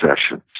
sessions